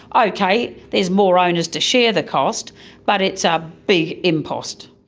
ah okay, there's more owners to share the cost but it's a big impost.